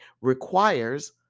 requires